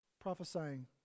prophesying